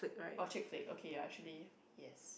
oh chick flick okay ya actually yes